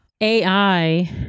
AI